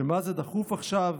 ומה זה דחוף עכשיו?